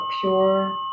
Pure